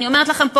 ואני אומרת לכם פה,